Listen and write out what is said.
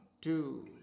two